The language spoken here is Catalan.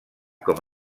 com